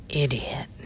idiot